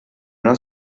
una